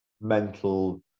mental